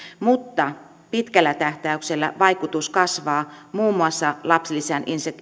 mutta pitkällä tähtäyksellä vaikutus kasvaa muun muassa lapsilisän